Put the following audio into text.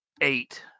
Eight